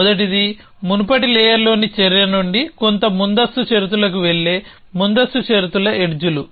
మొదటిది మునుపటి లేయర్లోని చర్య నుండి కొంత ముందస్తు షరతులకు వెళ్లే ముందస్తు షరతుల ఎడ్జ్ లు